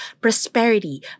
prosperity